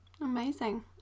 amazing